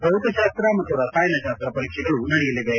ಭೌತಶಾಸ್ತ ಮತ್ತು ರಸಾಯನ ಶಾಸ್ತ ಪರೀಕ್ಷೆಗಳು ನಡೆಯಲಿವೆ